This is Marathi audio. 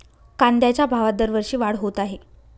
कांद्याच्या भावात दरवर्षी वाढ होत आहे